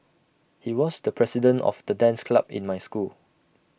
he was the president of the dance club in my school